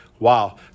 Wow